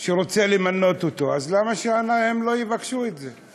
שהוא רוצה למנות, אז למה שהם לא יבקשו את זה?